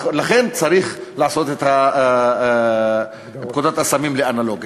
לכן צריך לעשות את פקודת הסמים לאנלוגית.